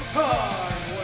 time